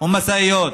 ומשאיות